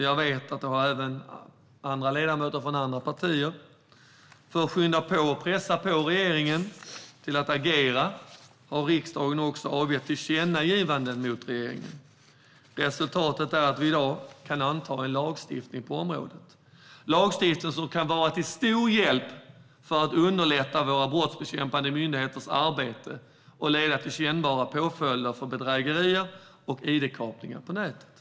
Jag vet att även andra ledamöter från andra partier har önskat det. För att skynda på och pressa regeringen att agera har riksdagen också gett regeringen tillkännagivanden. Resultatet är att vi i dag kan anta lagstiftning på området. Det är lagstiftning som kan vara till stor hjälp och underlätta våra brottsbekämpande myndigheters arbete och leda till kännbara påföljder för bedrägerier och id-kapningar på nätet.